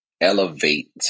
elevate